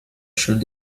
should